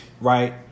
right